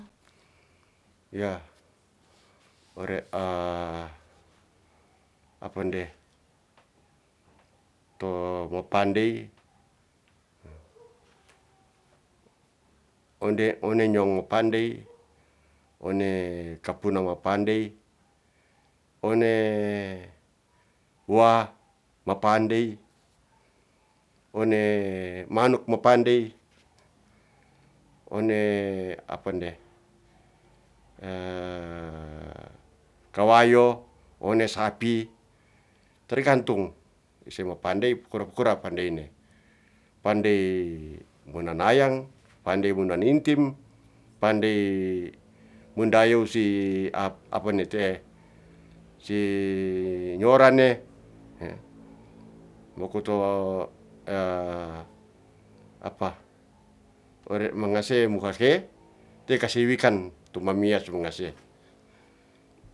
Ya ore apa nde to mo pandey onde one nyong pandey one kapuna mapandey, one wa mapandey, one manuk mapandey, one apa nde kawayo one sapi. Tergantung ise mapandey kura-kura pandeyne, pandey munanayang, pandey munanintim, pandey mundayow si si nyora ne, mokuto ore mangase muhahe te kase wikan tu mamiya su ngase